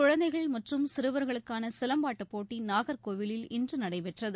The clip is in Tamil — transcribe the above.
குழந்தைகள் மற்றும் சிறுவர்களுக்கானசிலம்பாட்டப் போட்டிநாகர்கோவிலில் இன்றுநடைபெற்றது